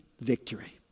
victory